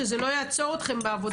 שזה לא יעצור אתכם בעבודה.